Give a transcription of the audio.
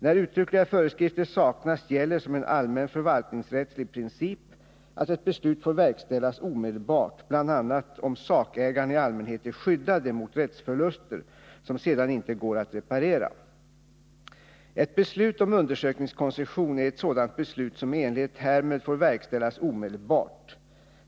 När uttryckliga föreskrifter saknas gäller som en allmän förvaltningsrättslig princip att ett beslut får verkställas omedelbart bl.a. om sakägarna i allmänhet är skyddade mot rättsförluster, som sedan inte går att reparera. Ett beslut om undersökningskoncession är ett sådant beslut som i enlighet härmed får verkställas omedelbart.